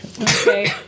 Okay